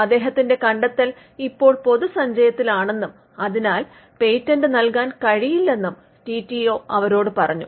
അദ്ദേഹത്തിന്റെ കണ്ടെത്തൽ ഇപ്പോൾ പൊതുസഞ്ചയത്തിലാണെന്നും അതിനാൽ പേറ്റന്റ് നൽകാൻ കഴിയില്ലെന്നും ടിടിഒ അവരോട് പറഞ്ഞു